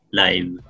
live